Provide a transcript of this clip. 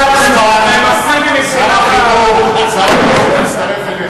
יצטרף אליך.